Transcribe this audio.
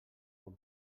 bon